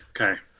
Okay